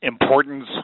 importance